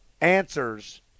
answers